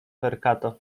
perkato